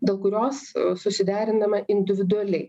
dėl kurios susiderinama individualiai